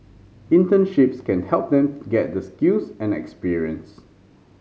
internships can help them get the skills and experience